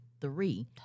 three